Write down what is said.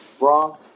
wrong